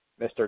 Mr